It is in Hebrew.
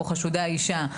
או חשודה אישה,